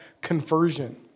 conversion